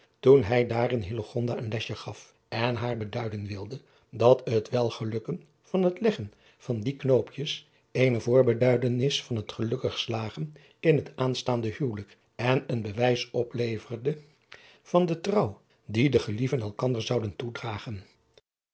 toen hij daarin een lesje gaf en haar beduiden wilde dat het welgelukken van het leggen van die knoopjes eene voorbeduidenis van het gelukkig slagen in het aanstaande huwelijk en een bewijs opleverde van de trouw die de gelieven elkander zouden toedragen